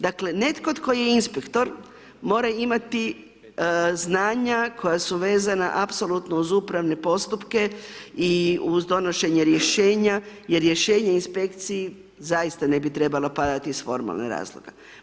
Dakle netko tko je inspektor mora imati znanja koja su vezana apsolutno uz upravne postupke i uz donošenje rješenja jer rješenja inspekciji zaista ne bi trebala padati iz formalnih razloga.